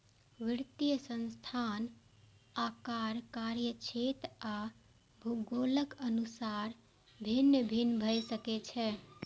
वित्तीय संस्थान आकार, कार्यक्षेत्र आ भूगोलक अनुसार भिन्न भिन्न भए सकै छै